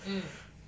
mm